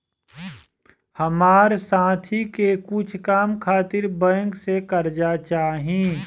हमार साथी के कुछ काम खातिर बैंक से कर्जा चाही